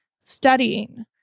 studying